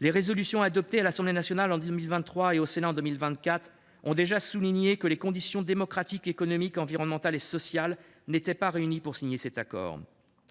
Les résolutions adoptées à l’Assemblée nationale en 2023 et au Sénat en 2024 ont déjà souligné que les conditions démocratiques, économiques, environnementales et sociales n’étaient pas réunies pour signer cet accord.